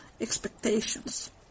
expectations